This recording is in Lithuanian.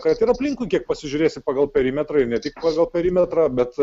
kad ir aplinkui kiek pasižiūrėsi pagal perimetrą ir ne tik pagal perimetrą bet